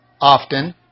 often